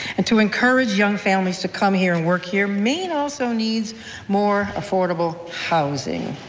and to encourage young families to come here and work here, maine also needs more affordable housing